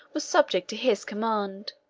were subject to his command